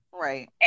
right